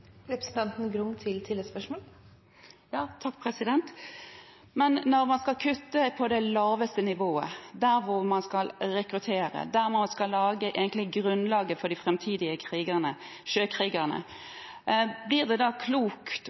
Men når man skal kutte på det laveste nivået, der man skal rekruttere, der man egentlig skal legge grunnlaget for de framtidige krigerne, sjøkrigerne, er det da klokt